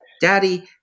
daddy